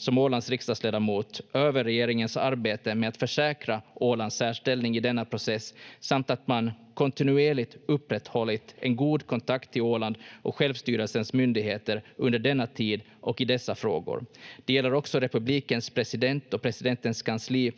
som Ålands riksdagsledamot tacksam över regeringens arbete med att försäkra Ålands särställning i denna process samt att man kontinuerligt upprätthållit en god kontakt till Åland och självstyrelsens myndigheter under denna tid och i dessa frågor. Det gäller också republikens president och presidentens kansli,